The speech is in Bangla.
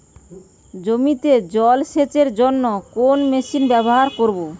জমিতে জল সেচের জন্য কোন মেশিন ব্যবহার করব?